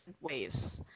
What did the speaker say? ways